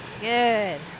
Good